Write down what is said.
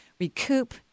recoup